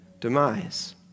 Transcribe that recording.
demise